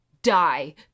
die